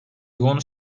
yoğun